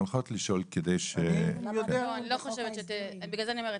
הולכות לשאול כדי --- בגלל זה אני אומרת,